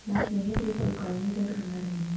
నా స్నేహితులు ఇపుడు కాలనీ దగ్గర ఉన్నరు అండి